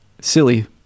silly